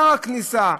שער הכניסה.